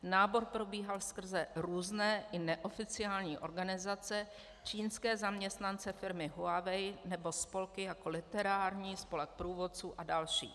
Nábor probíhal skrze různé i neoficiální organizace, čínské zaměstnance firmy Huawei nebo spolky, jako literární, spolek průvodců a další.